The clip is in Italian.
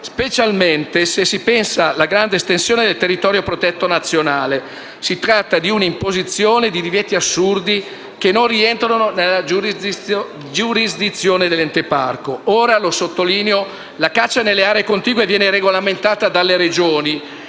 specialmente se si pensa alla grande estensione del territorio protetto nazionale. Si tratta di un’imposizione di divieti assurdi che non rientrano nella giurisdizione dell’Ente parco. Allo stato attuale - lo sottolineo - la caccia nelle aree contigue viene regolamentata dalle Regioni.